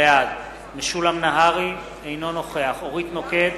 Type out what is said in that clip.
בעד משולם נהרי, אינו נוכח אורית נוקד,